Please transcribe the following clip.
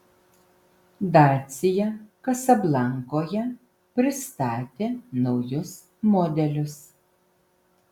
dacia kasablankoje pristatė naujus modelius